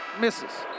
Misses